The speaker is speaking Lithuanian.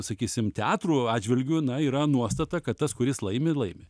sakysim teatrų atžvilgiu na yra nuostata kad tas kuris laimi laimi